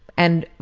and,